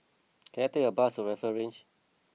can I take a bus to Rifle Range